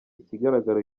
ikigaragara